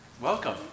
Welcome